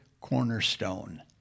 cornerstone